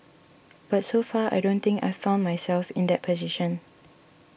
but so far I don't think I've found myself in that position